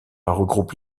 regroupe